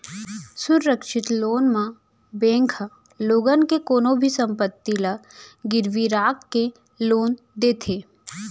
सुरक्छित लोन म बेंक ह लोगन के कोनो भी संपत्ति ल गिरवी राख के लोन देथे